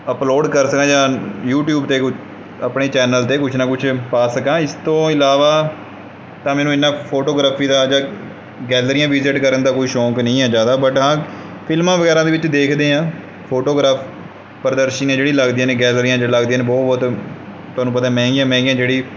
upload ਕਰ ਸਕਾਂ ਜਾਂ ਯੂਟਿਊਬ 'ਤੇ ਕੋਈ ਆਪਣੇ ਚੈਨਲ 'ਤੇ ਕੁਛ ਨਾ ਕੁਛ ਪਾ ਸਕਾਂ ਇਸ ਤੋਂ ਇਲਾਵਾ ਤਾਂ ਮੈਨੂੰ ਇੰਨਾਂ ਫੋਟੋਗ੍ਰਾਫੀ ਦਾ ਜਾਂ ਗੈਲਰੀਆਂ ਵਿਜਿਟ ਕਰਨ ਦਾ ਕੋਈ ਸ਼ੌਂਕ ਨਹੀਂ ਹੈ ਜ਼ਿਆਦਾ ਬੱਟ ਹਾਂ ਫ਼ਿਲਮਾਂ ਵਗੈਰਾ ਦੇ ਵਿੱਚ ਦੇਖਦੇ ਹਾਂ ਫੋਟੋਗ੍ਰਾਫ ਪ੍ਰਦਰਸ਼ਨੀਆਂ ਜਿਹੜੀਆਂ ਲੱਗਦੀਆਂ ਨੇ ਗੈਲਰੀਆਂ ਜਾਂ ਲੱਗਦੀਆਂ ਨੇ ਬਹੁਤ ਤੁਹਾਨੂੰ ਪਤਾ ਮਹਿੰਗੀਆਂ ਮਹਿੰਗੀਆਂ ਜਿਹੜੀ